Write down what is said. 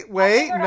wait